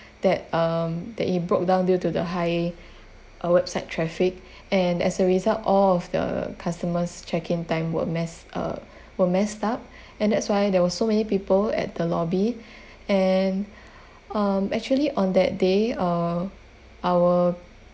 that um that it broke down due to the high uh website traffic and as a result all of the customer's check in time were messed err were messed up and that's why there were so many people at the lobby and um actually on that day uh our